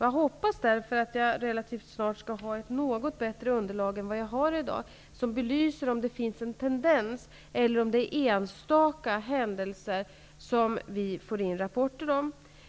Jag hoppas därför att jag relativt snart skall ha ett något bättre underlag än vad jag har i dag, som belyser om det finns en tendens eller om det är enstaka händelser som vi får in rapporter om.